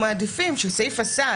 מבחינתנו,